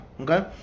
okay